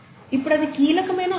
ఇప్పుడు ఇది కీలకమైన అంశం